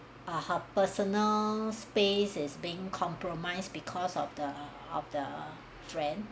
ah her personal spaces is being compromised because of the of the friend